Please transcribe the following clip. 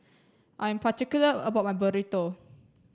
I'm particular about my Burrito